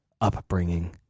upbringing